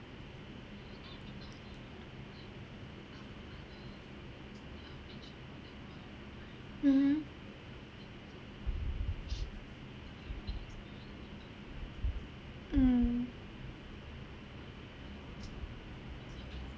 mmhmm mm